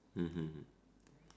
mmhmm